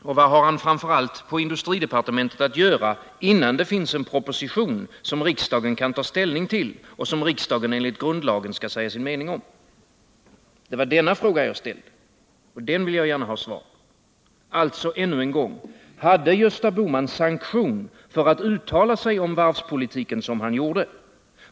Och vad har han framför allt där att göra, innan det finns en proposition som riksdagen kan ta ställning till och som riksdagen enligt grundlagen skall säga sin mening om? Det var denna fråga jag ställde. Den vill jag gärna ha svar på. Alltså ännu en gång: Hade Gösta Bohman sanktion för att uttala sig om varvspolitiken som han gjorde?